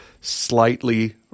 slightly